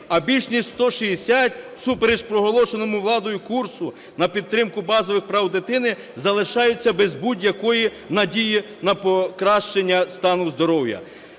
а більш ніж 160, всупереч проголошеному владою курсу на підтримку базових прав дитини, залишаються без будь-якої надії на покращення стану здоров'я.